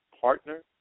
partner